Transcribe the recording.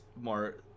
more